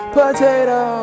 potato